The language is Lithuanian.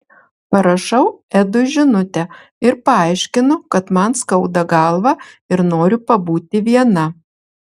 parašau edui žinutę ir paaiškinu kad man skauda galvą ir noriu pabūti viena